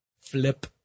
Flip